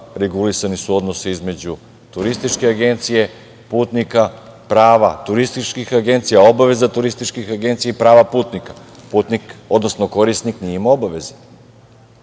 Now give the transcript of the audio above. regulisani su odnosi između turističke agencije, putnika, prava turističkih agencija, obaveza turističkih agencija i prava putnika. Putnik, odnosno korisnik nije imao obaveze,